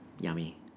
Yummy